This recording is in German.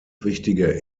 wichtige